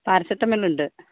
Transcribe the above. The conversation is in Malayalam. പാരസിറ്റാമോളുണ്ട്